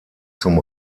zum